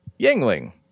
Yangling